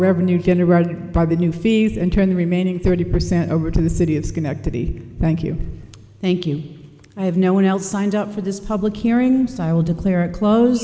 revenue generated by the new fees and turn the remaining thirty percent over to the city of schenectady thank you thank you i have no one else signed up for this public hearing so i will declare a close